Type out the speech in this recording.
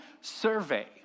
survey